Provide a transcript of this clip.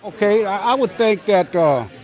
ok. i would take that door.